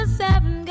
seven